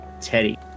Teddy